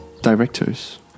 directors